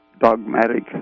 dogmatic